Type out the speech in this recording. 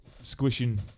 squishing